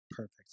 Perfect